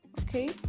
okay